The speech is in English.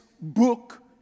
book